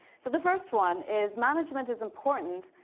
so the first one is, management is important,